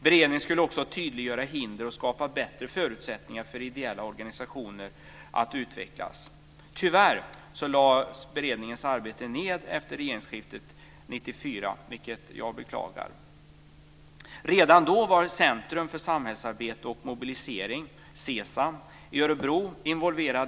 Beredningen skulle också tydliggöra hinder och skapa bättre förutsättningar för ideella organisationer att utvecklas. Tyvärr lades beredningens arbete ned efter regeringsskiftet 1994. Det beklagar jag. Redan då var Centrum för Samhällsarbete och Mobilisering i Örebro involverat.